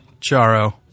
Charo